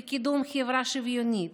לקידום חברה שוויונית,